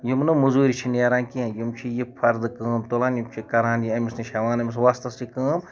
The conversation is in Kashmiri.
یِم نہٕ موزوٗرِ چھِ نیران کیٚنٛہہ یِم چھِ یہِ فردٕ تُلان یِم چھِ کران یہِ أمِس نِش ہیوان یہِ أمِس ۄستس یہِ کٲم